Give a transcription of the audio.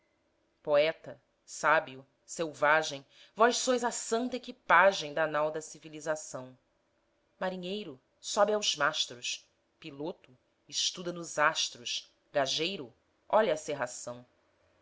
poeta sábio selvagem vós sois a santa equipagem da nau da civilização marinheiro sobe aos mastros piloto estuda nos astros gajeiro olha a cerração